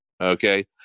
Okay